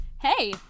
Hey